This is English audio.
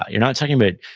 ah you're not talking about,